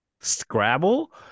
Scrabble